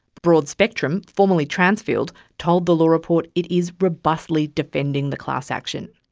broadspectrum, formerly transfield, told the law report it is robustly defending the class action.